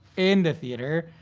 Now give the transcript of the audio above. in the theater,